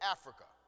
Africa